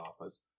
office